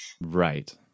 Right